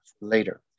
later